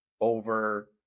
over